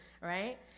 Right